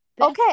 Okay